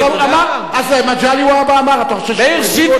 אז קום תגיש.